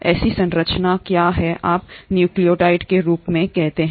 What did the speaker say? ऐसी संरचना क्या है आप न्यूक्लियॉइड के रूप में कहते हैं